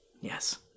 Yes